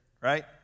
right